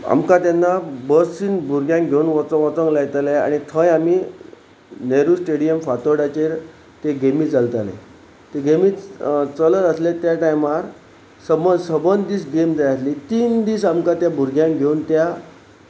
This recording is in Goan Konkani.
आमकां तेन्ना बसीन भुरग्यांक घेवन वच वचंक लायतालें आनी थंय आमी नेहरू स्टेडियम फातोडाचेर ते गेमी चलताले ते गेमी चलत आसले त्या टायमार सम सबंद दीस गेम जाय आसली तीन दीस आमकां त्या भुरग्यांक घेवन त्या